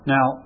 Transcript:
Now